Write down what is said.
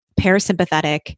parasympathetic